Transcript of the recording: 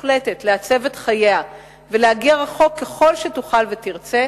מוחלטת לעצב את חייה ולהגיע רחוק ככל שתוכל ותרצה,